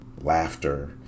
laughter